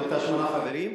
שמנתה שמונה חברים.